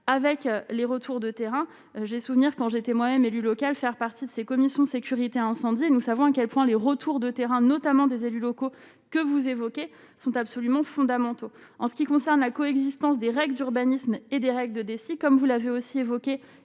avec les retours de terrain j'ai souvenir quand j'étais moi-même élu local faire partie de ces commissions sécurité incendie, nous savons à quel point les retours de terrain, notamment des élus locaux que vous évoquez sont absolument fondamentaux en ce qui concerne la coexistence des règles d'urbanisme et des règles de défis, comme vous l'avez aussi évoqué